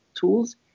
tools